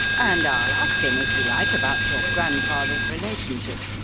and i'll ask him, if you like, about your grandfather's relationship.